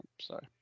sorry